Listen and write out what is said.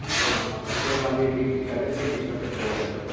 అట్లనా అంటే మళ్ళీ దీనికి స్టడీస్కి ఏమి డిస్టబెన్స్ కాదు కదా సార్